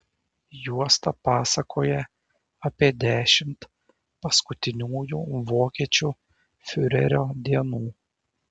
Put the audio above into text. juosta pasakoja apie dešimt paskutiniųjų vokiečių fiurerio dienų